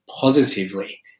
positively